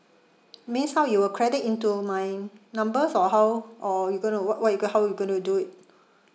miss how you will credit into my number for how or you going to what what you going how you going to do it